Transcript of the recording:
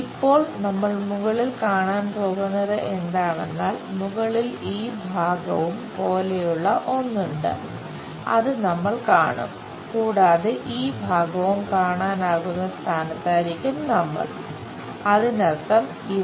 ഇപ്പോൾ നമ്മൾ മുകളിൽ കാണാൻ പോകുന്നത് എന്താണെന്നാൽ മുകളിൽ ഈ ഭാഗം പോലെയുള്ള ഒന്ന് ഉണ്ട് അത് നമ്മൾ കാണും കൂടാതെ ഈ ഭാഗവും കാണാനാകുന്ന സ്ഥാനത്തായിരിക്കും നമ്മൾ അതിനർത്ഥം ഇത്